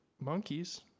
Monkeys